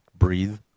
breathe